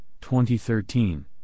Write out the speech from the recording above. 2013